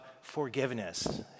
forgiveness